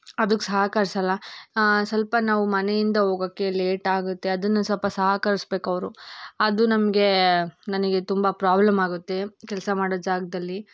ಅದಕ್ಕೆ ಸಹಕರಿಸೋಲ್ಲ ಸ್ವಲ್ಪ ನಾವು ಮನೆಯಿಂದ ಹೋಗೋಕೆ ಲೇಟಾಗುತ್ತೆ ಅದನ್ನು ಸ್ವಲ್ಪ ಸಹಕರ್ಸ್ಬೇಕು ಅವರು ಅದು ನಮಗೆ ನನಗೆ ತುಂಬ ಪ್ರಾಬ್ಲಮ್ ಆಗುತ್ತೆ ಕೆಲಸ ಮಾಡೊ ಜಾಗದಲ್ಲಿ